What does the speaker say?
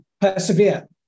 persevere